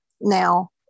Now